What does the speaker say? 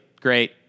great